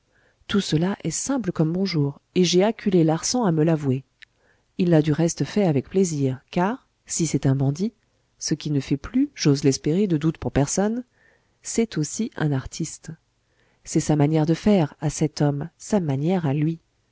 tout cela est simple comme bonjour et j'ai acculé larsan à me l'avouer il l'a du reste fait avec plaisir car si c'est un bandit ce qui ne fait plus j'ose l'espérer de doute pour personne c'est aussi un artiste c'est sa manière de faire à cet homme sa manière à lui